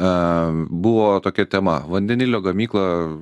a buvo tokia tema vandenilio gamykla